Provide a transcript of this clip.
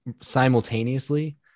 simultaneously